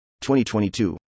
2022